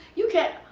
you can,